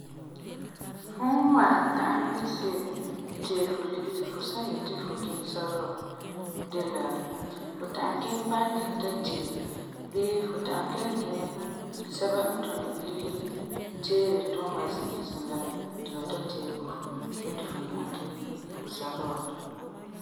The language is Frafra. Fum n wan ta'am iŋɛ se'em tee fu ligeri fu san yeti fu kiŋɛ sarɔɔ de la: Fu ta'am kiŋɛ banki ta tee bii fu ta'am kelum kiŋɛ sɛba n tuni ligeri teere tuuma duma zi'isin la mɛ ti ba ta tee bo fu gee ti fu nyaŋɛ kiŋɛ fu sarɔɔ la.